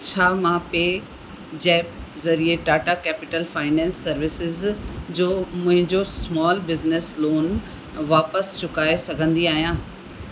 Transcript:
छा मां पे ज़ेप्प ज़रिए टाटा कैपिटल फाइनेंस सर्विसेस जो मुंहिंजो स्मॉल बिज़नेस लोन वापसि चुकाए सघंदी आहियां